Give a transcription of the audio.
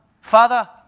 Father